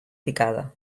picada